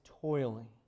toiling